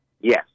yes